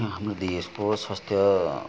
हाम्रो देशको स्वास्थ्य